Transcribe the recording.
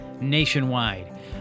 nationwide